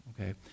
okay